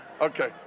Okay